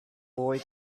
boy